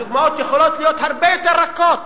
הדוגמאות יכולות להיות הרבה יותר רכות.